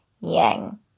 yang